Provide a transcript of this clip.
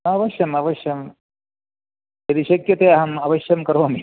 अवश्यमवश्यं यदि शक्यते अहम् अवश्यं करोमि